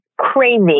crazy